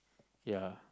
ya